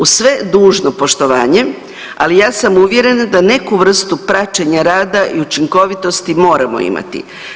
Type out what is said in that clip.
Uz sve dužno poštovanje, ali ja sam uvjerena da neku vrstu praćenja rada i učinkovitosti moramo imati.